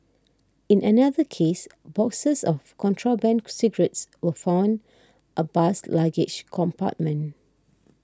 in another case boxes of contraband cigarettes were found a bus's luggage compartment